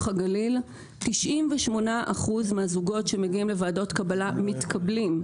הגליל 98% מהזוגות שמגיעים לוועדות קבלה מתקבלים.